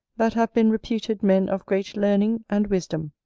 that have been reputed men of great learning and wisdom.